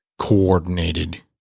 Coordinated